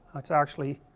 that's actually